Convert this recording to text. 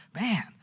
man